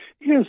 Yes